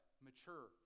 mature